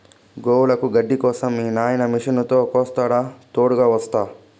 గోవులకి గడ్డి కోసం మీ నాయిన మిషనుతో కోస్తాడా తోడుగ వస్తా